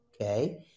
okay